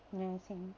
ya same